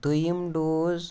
دوٚیُم ڈوز